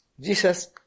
Jesus